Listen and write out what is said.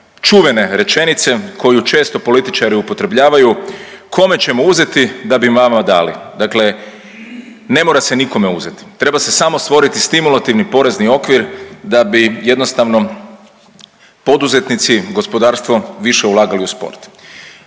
čuvene rečenice koju često političari upotrebljavaju, kome ćemo uzeti da bi vama dali. Dakle, ne mora se nikome uzeti treba se samo stvoriti stimulativni porezni okvir da bi jednostavno poduzetnici, gospodarstvo više ulagali u sport.